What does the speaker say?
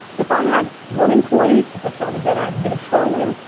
if i had one employee, if that sounded better, and then a trillion.